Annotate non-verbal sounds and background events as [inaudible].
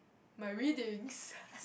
my readings [laughs]